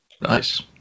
Nice